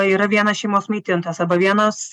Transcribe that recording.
yra vienas šeimos maitintojas arba vienas